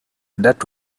that